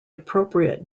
appropriate